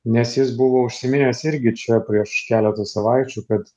nes jis buvo užsiminęs irgi čia prieš keletą savaičių kad